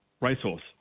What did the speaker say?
racehorse